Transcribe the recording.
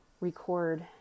record